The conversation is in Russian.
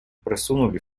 просунули